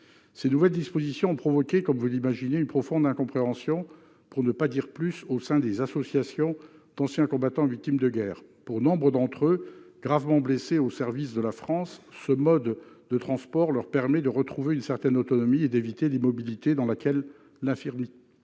Ces nouvelles dispositions ont provoqué, comme vous l'imaginez, une profonde incompréhension, pour ne pas dire plus, au sein des associations d'anciens combattants et victimes de guerre. Pour nombre d'entre eux, gravement blessés au service de la France, ce mode de transport permet de retrouver une certaine autonomie et d'éviter l'immobilité dans laquelle l'infirmité